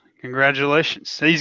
Congratulations